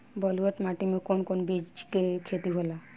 ब्लुअट माटी में कौन कौनचीज के खेती होला?